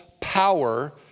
power